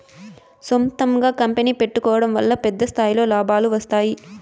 సొంతంగా కంపెనీ పెట్టుకోడం వల్ల పెద్ద స్థాయిలో లాభాలు వస్తాయి